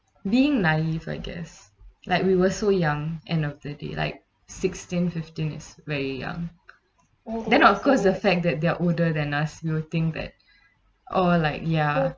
being naive I guess like we were so young end of the day like sixteen fifteen is very young then of course the fact that they're older than us we'll think that oh like ya